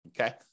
Okay